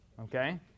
Okay